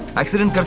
accident,